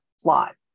plot